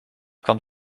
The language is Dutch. kan